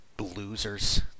losers